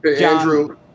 Andrew